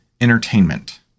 entertainment